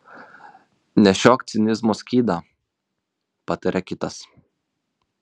nešiok cinizmo skydą pataria kitas